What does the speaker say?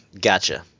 Gotcha